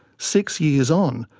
six years on,